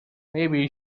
maybe